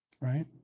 right